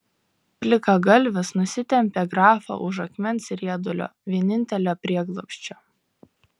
plikagalvis nusitempė grafą už akmens riedulio vienintelio prieglobsčio